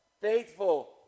Faithful